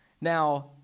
Now